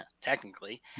technically